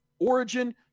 Origin